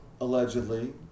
Allegedly